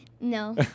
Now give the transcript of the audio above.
No